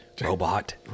robot